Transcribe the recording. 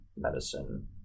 medicine